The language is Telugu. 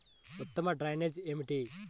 ఉత్తమ డ్రైనేజ్ ఏమిటి?